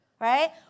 right